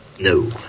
No